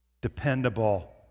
dependable